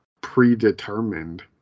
predetermined